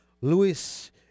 Luis